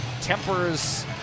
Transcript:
Tempers